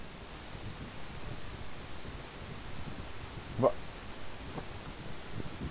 but